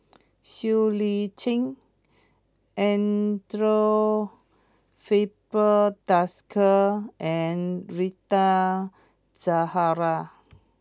Siow Lee Chin Andre Filipe Desker and Rita Zahara